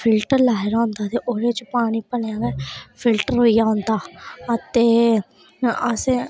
filter लाए दा होंदा ते ओह्दे च पानी भलेंआ गै फिल्टर होइयै औंदा अते असें